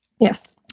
Yes